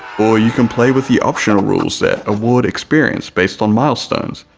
or you can play with the optional rules that award experience based on milestones,